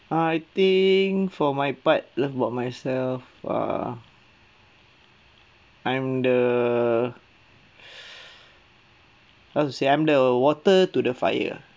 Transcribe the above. I think for my part love about myself err I'm the how to say I'm the water to the fire